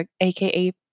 aka